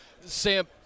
Sam